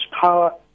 power